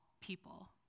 people